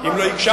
אם לא הקשבת,